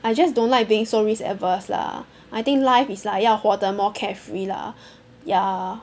I just don't like being so risk averse lah I think life is like 要活的 more carefree lah ya